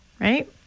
Right